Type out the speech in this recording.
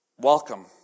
Welcome